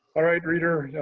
all right, reader.